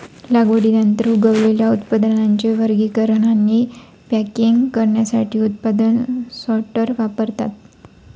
लागवडीनंतर उगवलेल्या उत्पादनांचे वर्गीकरण आणि पॅकिंग करण्यासाठी उत्पादन सॉर्टर वापरतात